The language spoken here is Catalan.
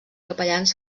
capellans